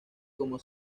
como